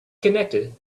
connected